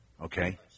Okay